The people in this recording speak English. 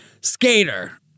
Skater